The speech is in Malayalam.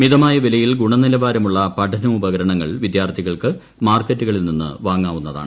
മിതമായ വിലയിൽ ഗുണനിലവാരമുള്ള പഠനോപകരണങ്ങൾ വിദ്യാർത്ഥികൾക്ക് മാർക്കറ്റുകളിൽ നിന്ന് വാങ്ങാവുന്നതാണ്